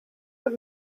but